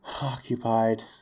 Occupied